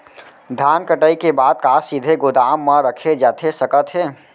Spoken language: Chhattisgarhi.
धान कटाई के बाद का सीधे गोदाम मा रखे जाथे सकत हे?